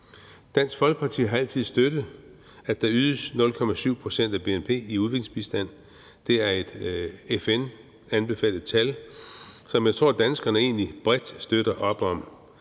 Dansk Folkeparti har altid støttet, at der ydes 0,7 pct. af bnp i udviklingsbistand. Det er et FN-anbefalet tal, som jeg tror danskerne egentlig bredt støtter op om.